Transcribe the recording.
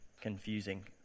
confusing